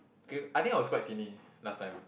K I think I was quite skinny last time